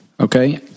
Okay